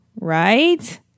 Right